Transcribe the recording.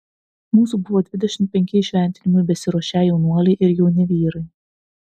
mūsų buvo dvidešimt penki įšventinimui besiruošią jaunuoliai ir jauni vyrai